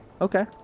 Okay